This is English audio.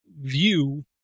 view